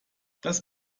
das